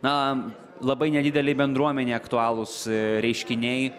na labai nedidelė bendruomenė aktualūs reiškiniai